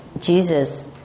Jesus